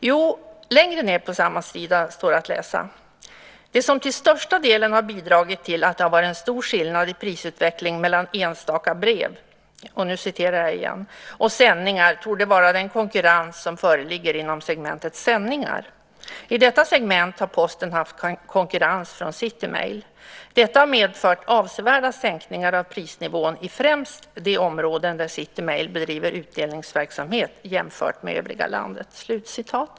Jo, längre ned på samma sida står att läsa: Det som till största delen har bidragit till att det har varit en stor skillnad i prisutveckling mellan enstaka brev och sändningar torde vara den konkurrens som föreligger inom segmentet sändningar. I detta segment har Posten haft konkurrens från City Mail. Detta har medfört avsevärda sänkningar av prisnivån i främst de områden där City Mail bedriver utdelningsverksamhet jämfört med övriga landet.